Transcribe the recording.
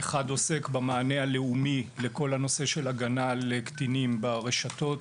אחד עוסק במענה הלאומי לכל הנושא של הגנה על קטינים ברשתות.